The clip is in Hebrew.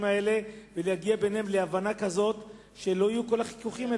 האלה שיגיעו ביניהם להבנה כזאת שלא יהיו כל החיכוכים האלה,